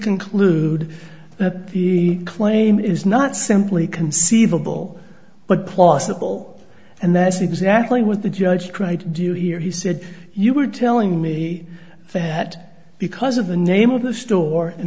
conclude that the claim is not simply conceivable but plausible and that's exactly what the judge cried do you hear he said you were telling me that because of the name of the store and